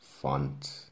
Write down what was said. Font